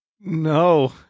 No